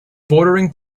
bordering